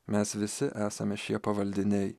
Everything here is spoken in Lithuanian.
mes visi esame šie pavaldiniai